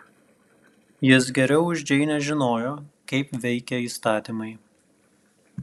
jis geriau už džeinę žinojo kaip veikia įstatymai